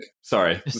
sorry